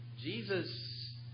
Jesus